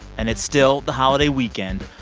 and it's still the holiday weekend,